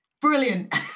brilliant